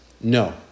no